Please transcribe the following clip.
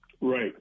Right